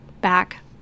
back